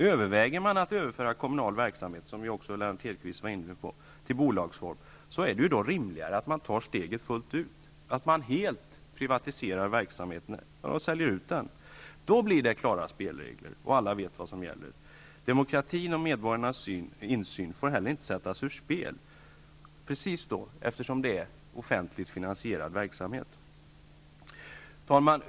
Överväger man att överföra kommunal verksamhet, som Lennart Hedquist också var inne på, till bolagsform är det då rimligare att ta steget fullt ut, att helt privatisera verksamheten, att sälja ut den. Då blir det klara spelregler, och alla vet vad som gäller. Demokratin och medborgarnas insyn får inte heller sättas ur spel, eftersom det är offentligt finansierad verksamhet. Herr talman!